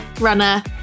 runner